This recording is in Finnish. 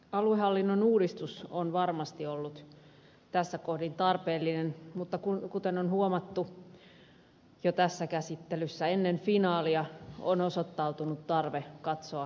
aluehallinnon uudistus on varmasti ollut tässä kohdin tarpeellinen mutta kuten on huomattu jo tässä käsittelyssä ennen finaalia on osoittautunut tarve katsoa seuraaviin vaiheisiin